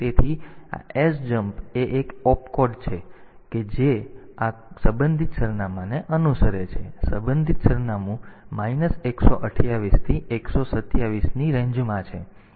તેથી આ sjmp એ એક ઓપ કોડ છે જે આ સંબંધિત સરનામાને અનુસરે છે અને આ સંબંધિત સરનામું 128 થી 127 ની રેન્જમાં છે